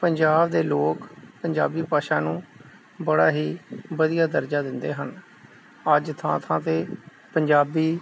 ਪੰਜਾਬ ਦੇ ਲੋਕ ਪੰਜਾਬੀ ਭਾਸ਼ਾ ਨੂੰ ਬੜਾ ਹੀ ਵਧੀਆ ਦਰਜਾ ਦਿੰਦੇ ਹਨ ਅੱਜ ਥਾਂ ਥਾਂ ਤੇ ਪੰਜਾਬੀ